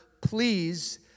Please